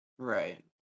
Right